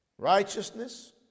righteousness